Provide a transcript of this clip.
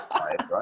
right